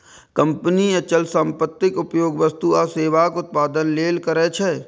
company अचल संपत्तिक उपयोग वस्तु आ सेवाक उत्पादन लेल करै छै